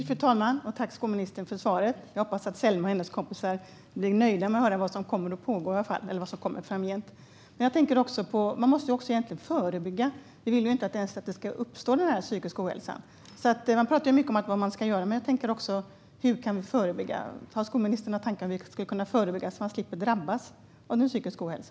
Fru talman! Tack, skolministern, för svaret! Jag hoppas att Selma och hennes kompisar blir nöjda med att höra vad som kommer framgent. Men jag tänker också på att man måste förebygga. Vi vill ju inte att den psykiska ohälsan ens ska uppstå. Man pratar mycket om vad man ska göra åt detta, men jag undrar också hur vi kan förebygga. Har skolministern några tankar om hur vi kan förebygga, så att unga slipper drabbas av psykisk ohälsa?